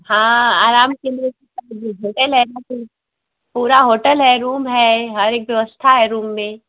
हाँ आराम से पूरा होटल है रूम है हर एक व्यवस्था है रूम में